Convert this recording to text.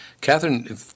Catherine